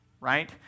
right